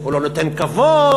הוא לא נותן כבוד,